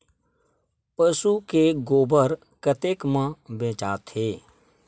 पशु के गोबर कतेक म बेचाथे?